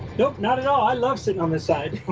nope, not at all. i love sitting on this side.